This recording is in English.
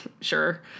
sure